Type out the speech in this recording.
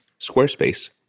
Squarespace